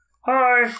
hi